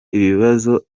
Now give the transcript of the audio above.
ibibazo